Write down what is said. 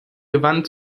gewann